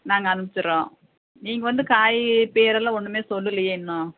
நாங்கள் அனுப்ச்சிடுறோம் நீங்கள் வந்து காய் பேரெல்லாம் ஒன்றுமே சொல்லலியே இன்னும்